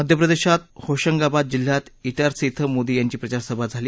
मध्यप्रदेशात होशंगाबाद जिल्ह्यात ईटारसी श्वेही मोदी यांची प्रचारसभा झाली